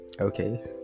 okay